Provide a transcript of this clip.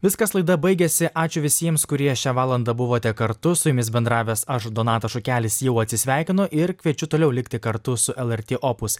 viskas laida baigėsi ačiū visiems kurie šią valandą buvote kartu su jumis bendravęs aš donatas šukelis jau atsisveikinu ir kviečiu toliau likti kartu su lrt opus